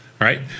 right